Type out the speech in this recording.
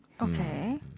Okay